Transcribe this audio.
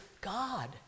God